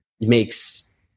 makes